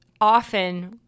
often